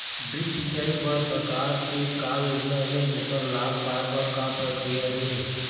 Drip सिचाई बर सरकार के का योजना हे ओकर लाभ पाय बर का प्रक्रिया हे?